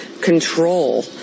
control